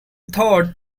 thought